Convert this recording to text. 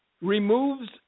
removes